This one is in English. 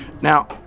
Now